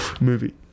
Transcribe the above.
Movie